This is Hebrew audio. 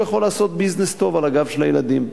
יכול לעשות ביזנס טוב על הגב של הילדים.